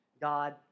God